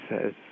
says